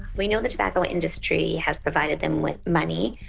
we know the tobacco industry has provided them with money.